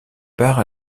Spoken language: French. part